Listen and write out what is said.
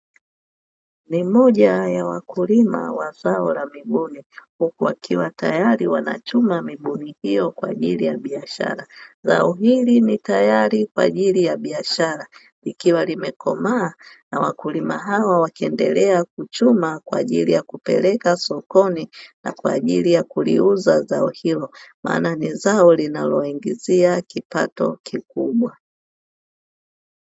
Ni moja ya wakulima wa zao la mibuni, huku wakiwa tayari wanachuma mibuni hiyo kwa ajili ya biashara. Zao hili ni tayari kwa ajili ya biashara, likiwa limekomaa na wakulima hawa wakiendelea kuchuma kwa ajili ya kupeleka sokoni na kwa ajili ya kuliuza zao hilo, maana ni zao linalowaingizia kipato kikubwa.